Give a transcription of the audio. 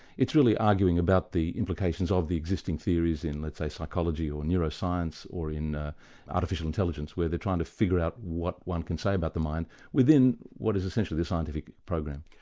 it's really arguing about the implications of the existing theories in let's say psychology or neuroscience, or in ah artificial intelligence, where they're trying to figure out what one can say about the mind within what is essentially the scientific program.